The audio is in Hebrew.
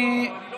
אני לא